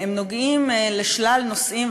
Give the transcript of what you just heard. הם נוגעים לשלל נושאים.